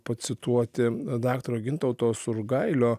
pacituoti daktaro gintauto surgailio